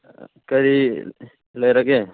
ꯀꯔꯤ ꯂꯩꯔꯒꯦ